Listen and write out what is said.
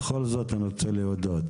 בכל זאת, אני רוצה להודות.